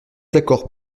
d’accord